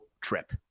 trip